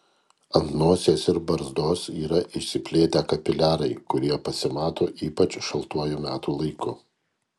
ant nosies ir barzdos yra išsiplėtę kapiliarai kurie pasimato ypač šaltuoju metų laiku